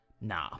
Nah